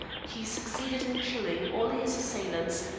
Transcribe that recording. he succeeded in killing all his assailants,